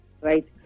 Right